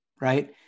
Right